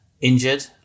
injured